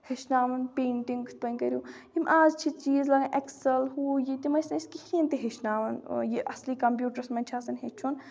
ہیٚچھناوان پینٹِنٛگ کِتھ پٲٹھۍ کٔرِو یِم آز چھِ چیٖز لَگَان ایکسَل ہُہ یہِ تِم ٲسۍ نہٕ أسۍ کِہیٖنۍ تہِ ہیٚچھناوَان یہِ اَصلی کَمپیوٗٹرٛس منٛز چھِ آسَان ہیٚچھُن